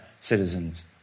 citizens